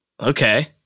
Okay